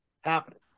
happening